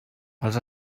els